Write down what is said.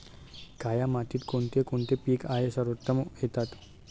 काया मातीत कोणते कोणते पीक आहे सर्वोत्तम येतात?